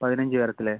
പതിനഞ്ച് പേർക്ക് അല്ലേ